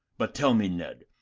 but tell me, ned,